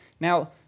Now